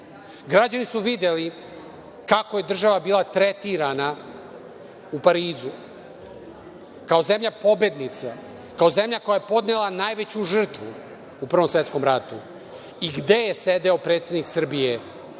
precima. Građani su videli kako je država bila tretirana u Parizu, kao zemlja pobednica, kao zemlja koja je podnela najveću žrtvu u Prvom svetskom ratu i gde je sedeo predsednik Srbije,